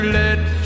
let